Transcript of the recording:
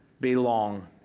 belong